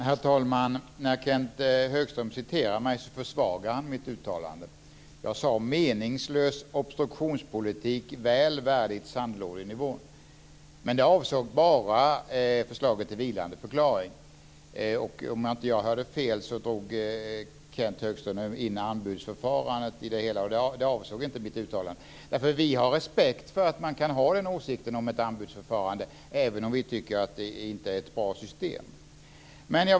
Herr talman! När Kenth Högström refererar till mig försvagar han mitt uttalande. Jag talade om meningslös obstruktionspolitik, väl värdig en sandlådenivå. Men det avsåg bara förslaget till vilande förklaring. Om jag inte hörde fel drog Kenth Högström in anbudsförfarandet i det hela, och det avsåg inte mitt uttalande. Vi har respekt för att man kan ha den åsikten om ett anbudsförfarande, även om vi inte tycker att det är ett bra system.